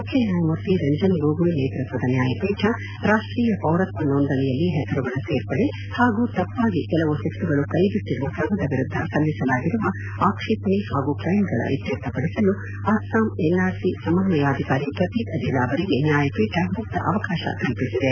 ಮುಖ್ಯ ನ್ಹಾಯಮೂರ್ತಿ ರಂಜನ್ ಗೊಗೊಯ್ ನೇತೃತ್ವದ ನ್ಹಾಯಪೀಠ ರಾಷ್ಷೀಯ ಪೌರತ್ವ ನೋಂದಣಿಯಲ್ಲಿ ಹೆಸರುಗಳ ಸೇರ್ಪಡೆ ಹಾಗೂ ತಪ್ಪಾಗಿ ಕೆಲವ ಹೆಸರುಗಳು ಕೈಬಿಟ್ಟರುವ ಕ್ರಮದ ವಿರುದ್ಧ ಸಲ್ಲಿಸಲಾಗಿರುವ ಆಕ್ಷೇಪಣೆ ಹಾಗೂ ಕ್ಲೈಮುಗಳ ಇತ್ತರ್ಥಪಡಿಸಲು ಅಸ್ಲಾಂ ಎನ್ಆರ್ಸಿ ಸಮನ್ವಯಾಧಿಕಾರಿ ಪ್ರತೀಕ್ ಅಜೇಲ ಅವರಿಗೆ ನ್ವಾಯಪೀಠ ಮುಕ್ತ ಅವಕಾಶ ಕಲ್ಲಿಸಿದೆ